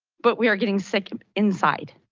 but we are getting sick inside.